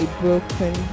broken